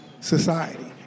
society